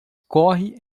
corre